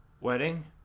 wedding